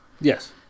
Yes